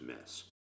miss